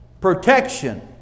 protection